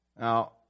Now